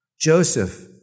Joseph